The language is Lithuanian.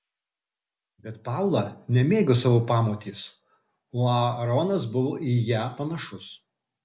bet paula nemėgo savo pamotės o aaronas buvo į ją panašus